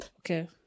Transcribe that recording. okay